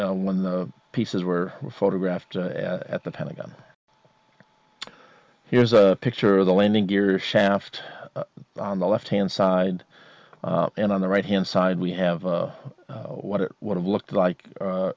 it when the pieces were photographed at the pentagon here's a picture of the landing gear shaft on the left hand side and on the right hand side we have what it would have looked like